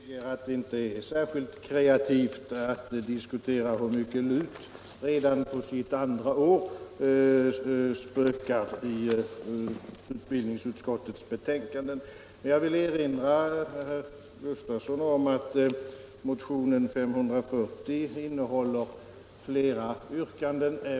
Herr talman! Jag medger att det inte är särskilt kreativt att diskutera hur mycket LUT redan på sitt andra år spökar i utbildningsutskottets betänkanden. Men jag vill erinra herr Gustafsson i Barkarby om att motionen 540 innehåller flera yrkanden.